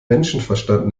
menschenverstand